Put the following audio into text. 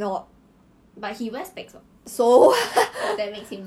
he say like very um calm and like